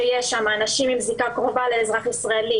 שאלה אנשים עם זיקה קרובה לאזרח ישראלי